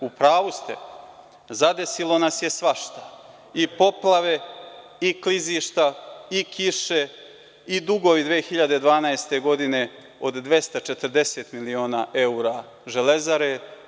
U pravu ste, zadesilo nas je svašta, i poplave i klizišta i kiše i dugovi 2012. godine od 240 miliona evra „Železare“